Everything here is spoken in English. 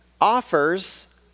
offers